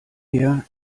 her